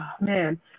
man